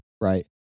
Right